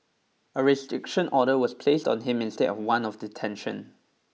a restriction order was placed on him instead of one of detention